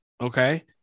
Okay